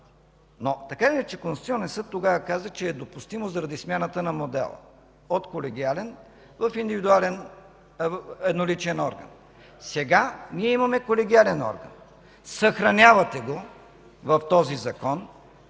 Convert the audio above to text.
Така или иначе Конституционният съд тогава каза, че е допустимо, заради смяната на модела от колегиален в индивидуален едноличен орган. Сега ние имаме колегиален орган. Съхранявате го в този закон,